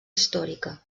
històrica